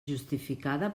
justificada